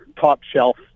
top-shelf